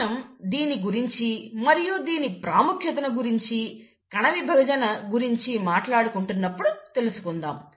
మనం దీని గురించి మరియు దీని ప్రాముఖ్యతను గురించి కణవిభజన గురించి మాట్లాడుకుంటున్నప్పుడు తెలుసుకుందాం